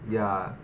ya